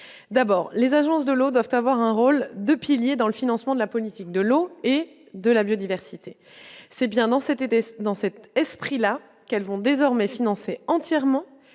d'abord, les agences de l'eau doivent avoir un rôle de pilier dans le financement de la politique de l'eau et de la biodiversité, c'est bien dans ces tests dans cet esprit-là qu'vont désormais financer entièrement